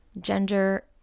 gender